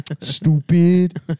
Stupid